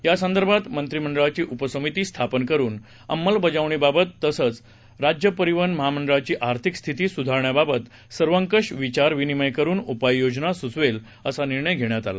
यासंदर्भात मंत्री मंडळाची उपसमिती स्थापन करून अमलबजावणीबाबत तसेच राज्य परिवहन महामंडळाची आर्थिक स्थिती सुधारण्याबाबत सर्वकष विचार विनिमय करून उपाय योजना सुचवेल असा निर्णय घेण्यात आला